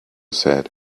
said